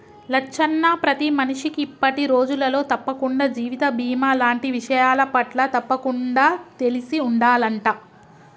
లచ్చన్న ప్రతి మనిషికి ఇప్పటి రోజులలో తప్పకుండా జీవిత బీమా లాంటి విషయాలపట్ల తప్పకుండా తెలిసి ఉండాలంట